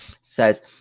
says